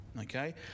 okay